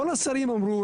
כל השרים אמרו,